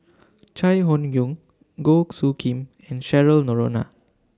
Chai Hon Yoong Goh Soo Khim and Cheryl Noronha